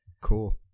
Cool